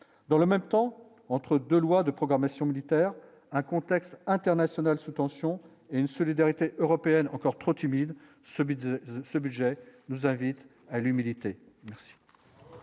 dans le même temps, entre 2 lois de programmation militaire, un contexte international sous tension. Une solidarité européenne encore trop timide ce de ce budget, nous invite à l'humilité.